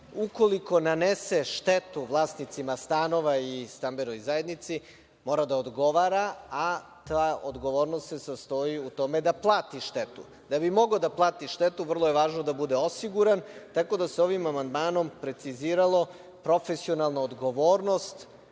ukoliko nanese štetu vlasnicima stanova i stambenoj zajednici, mora da odgovara, a ta odgovornost se sastoji u tome da plati štetu. Da bi mogao da plati štetu, vrlo je važno da bude osiguran, tako da sa ovim amandmanom precizirala profesionalna odgovornost,